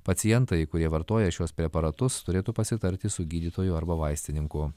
pacientai kurie vartoja šiuos preparatus turėtų pasitarti su gydytoju arba vaistininku